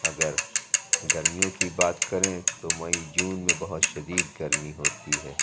اگر گرمیوں کی بات کریں تو مئی جون میں بہت شدید گرمی ہوتی ہے